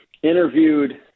interviewed